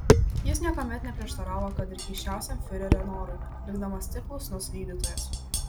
jis niekuomet neprieštaravo kad ir keisčiausiam fiurerio norui likdamas tik klusnus vykdytojas